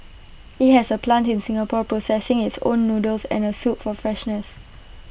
IT has A plant in Singapore processing its own noodles and A soup for freshness